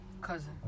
Cousin